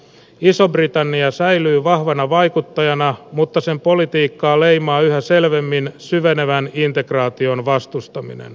iso britannia säilyy vahvana vaikuttajana mutta sen politiikkaa leimaa yhä selvemmin syvenevän integraation vastustaminen